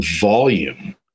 volume